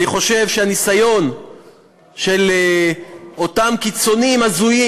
אני חושב שהניסיון של אותם קיצונים הזויים,